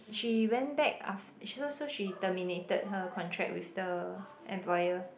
she went back aft~ so so she terminated her contract with the employer